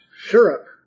syrup